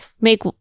make